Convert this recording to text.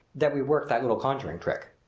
that we worked that little conjuring trick.